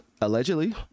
allegedly